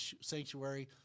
sanctuary